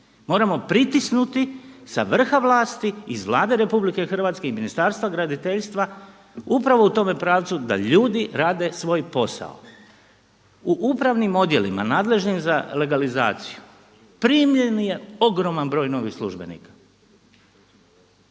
Moramo pritisnuti s vrha vlasti, iz Vlade Republike Hrvatske i Ministarstva graditeljstva upravo u tome pravcu da ljudi rade svoj posao. U upravnim odjelima nadležnim za legalizaciju primljen je ogroman broj novih službenika.